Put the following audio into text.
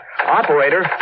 Operator